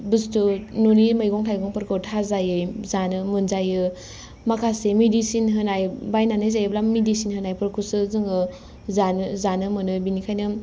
बुस्तु न'नि मैगं थाइगंफोरखौ थाजायै जानो मोनजायो माखासे मेडिसिन होनाय बायनानै जायोब्ला मेडिसिन होनायफोरखौसो जोङो जानो मोनो बिनिखायनो